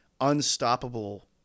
unstoppable